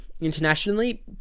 internationally